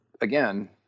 again